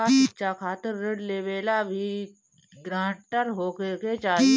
का शिक्षा खातिर ऋण लेवेला भी ग्रानटर होखे के चाही?